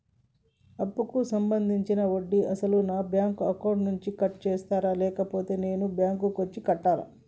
అప్పు సంబంధించిన వడ్డీని అసలు నా బ్యాంక్ అకౌంట్ నుంచి కట్ చేస్తారా లేకపోతే నేను బ్యాంకు వచ్చి కట్టాలా?